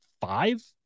five